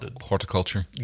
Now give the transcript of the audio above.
horticulture